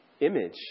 image